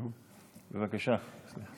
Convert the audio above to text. בבקשה.